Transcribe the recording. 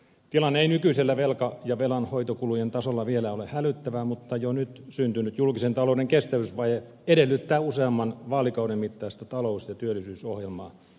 tilanne ei nykyisillä velka ja velanhoitokulujen tasolla vielä ole hälyttävä mutta jo nyt syntynyt julkisen talouden kestävyysvaje edellyttää useamman vaalikauden mittaista talous ja työllisyysohjelmaa